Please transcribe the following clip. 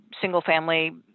single-family